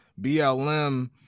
BLM